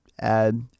add